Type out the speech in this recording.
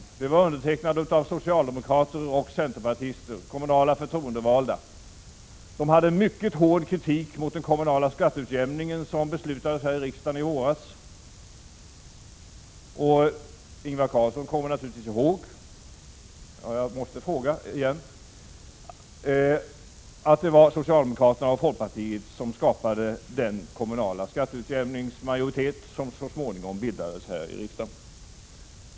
Brevet var undertecknat av socialdemokrater och centerpartister, kommunala förtroendevalda. Dessa hade mycket hård kritik mot den kommunala skatteutjämningen, som riksdagen beslutade om i våras. Ingvar Carlsson kommer naturligtvis ihåg — jag måste fråga — att det var socialdemokrater och folkpartiet som skapade den majoritet för kommunal skatteutjämning som så småningom bildades här i riksdagen?